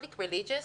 Public religious,